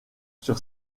sur